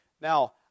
Now